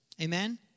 Amen